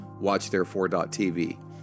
WatchTherefore.tv